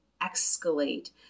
escalate